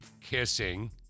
kissing